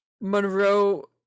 Monroe